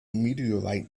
meteorite